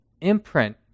imprint